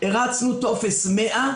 הרצנו טופס 100,